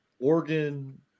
Oregon